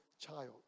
child